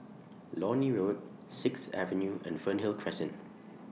Lornie Road Sixth Avenue and Fernhill Crescent